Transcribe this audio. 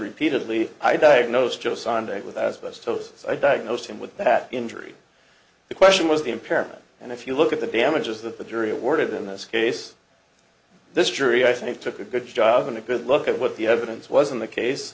repeatedly i diagnosed chosen date with asbestosis i diagnosed him with that injury the question was the impairment and if you look at the damages that the jury awarded in this case this jury i think took a good job and a good look at what the evidence was in the case